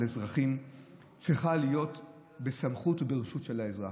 אזרחים צריכה להיות בסמכות וברשות של האזרח.